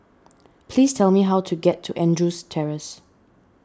please tell me how to get to Andrews Terrace